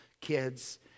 kids